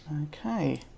Okay